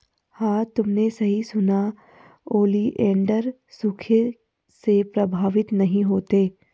हां तुमने सही सुना, ओलिएंडर सूखे से प्रभावित नहीं होता